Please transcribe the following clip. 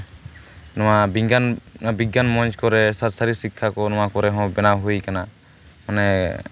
ᱱᱚᱣᱟ ᱵᱤᱜᱽᱜᱟᱱ ᱢᱚᱧᱪ ᱠᱚᱨᱮ ᱥᱮ ᱥᱟᱨᱤᱨ ᱥᱤᱠᱠᱷᱟ ᱠᱚ ᱱᱚᱣᱟ ᱠᱚᱨᱮ ᱦᱚᱸ ᱵᱮᱱᱟᱣ ᱦᱩᱭ ᱟᱠᱟᱱᱟ ᱢᱟᱱᱮ